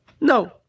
No